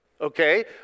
okay